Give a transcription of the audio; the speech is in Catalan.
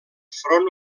front